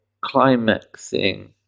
climaxing